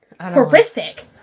horrific